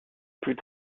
plus